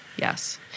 Yes